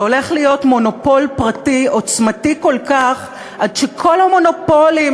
זה הולך להיות מונופול פרטי עוצמתי כל כך עד שכל המונופולים